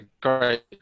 great